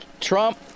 Trump